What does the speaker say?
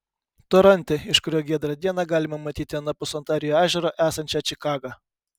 toronte iš kurio giedrą dieną galima matyti anapus ontarijo ežero esančią čikagą